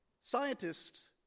scientists